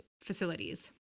facilities